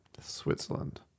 switzerland